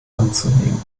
anzunehmen